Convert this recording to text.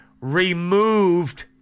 removed